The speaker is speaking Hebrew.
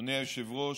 אדוני היושב-ראש,